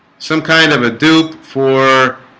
some kind of a dupe for